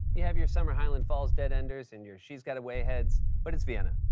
you have your summer, highland falls dead-enders and your she's got a way heads, but it's vienna,